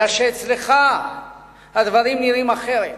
אלא שאצלך הדברים נראים אחרת,